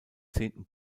zehnten